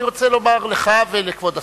אני רוצה לומר לך ולכבוד השר,